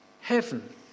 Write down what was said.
Heaven